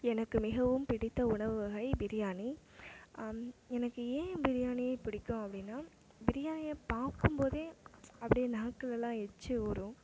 எனக்கு மிகவும் பிடித்த உணவு வகை பிரியாணி எனக்கு ஏன் பிரியாணியை பிடிக்கும் அப்படின்னா பிரியாணியை பார்க்கும் போதே அப்படியே நாக்குலலாம் எச்சில் ஊறும்